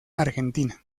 argentina